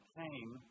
came